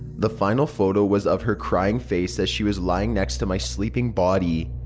the final photo was of her crying face as she was lying next to my sleeping body.